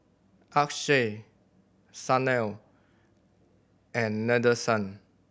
Akshay Sanal and Nadesan